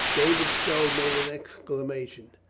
david stow made an exclamation.